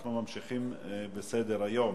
אנחנו ממשיכים בסדר-היום.